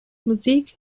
musik